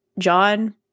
John